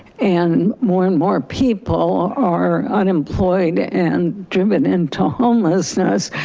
and more and more people are unemployed and driven into homelessness,